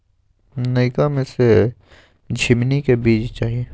नयका में से झीमनी के बीज चाही?